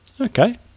Okay